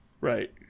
Right